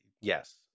Yes